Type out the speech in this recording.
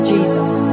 Jesus